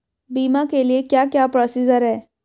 बीमा के लिए क्या क्या प्रोसीजर है?